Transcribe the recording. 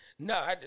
No